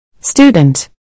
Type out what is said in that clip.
Student